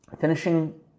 finishing